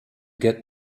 get